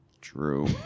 True